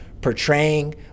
portraying